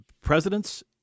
presidents